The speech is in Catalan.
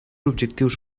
objectius